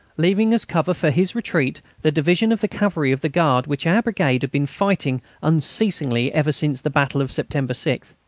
leaving as cover for his retreat the division of the cavalry of the guard which our brigade had been fighting unceasingly ever since the battle of september six.